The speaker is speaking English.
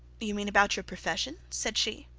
you mean about your profession said she.